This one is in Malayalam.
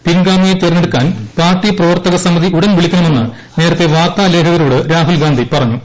പിൻഗാമിയെ തെരഞ്ഞെടുക്കാൻ പാർട്ടി പ്രവർത്തക സമൂിതി ഉടൻ വിളിക്കണമെന്ന് നേരത്തെ വാർത്താ ലേഖകരോട് രാഹുൽ ഗ്രാസ്ഡി പറഞ്ഞു